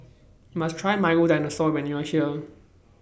YOU must Try Milo Dinosaur when YOU Are here